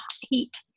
heat